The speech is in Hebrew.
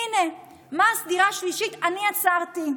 הינה, מס דירה שלישית, אני עצרתי.